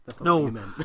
No